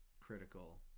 critical